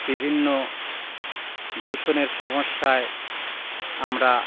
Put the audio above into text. বিভিন্ন দূষণের সমস্যায় আমরা